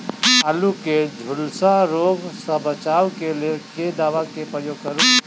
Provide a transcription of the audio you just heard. आलु केँ झुलसा रोग सऽ बचाब केँ लेल केँ दवा केँ प्रयोग करू?